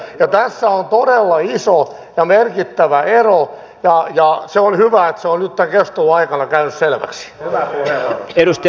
ja tässä on todella iso ja merkittävä ero ja se on hyvä että se on nyt tämän keskustelun aikana käynyt selväksi